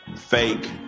Fake